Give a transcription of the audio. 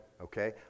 okay